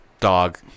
dog